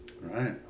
Right